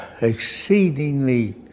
Exceedingly